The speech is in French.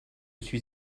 suis